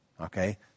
Okay